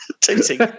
Tooting